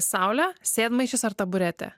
saule sėdmaišis ar taburetė